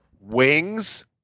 wings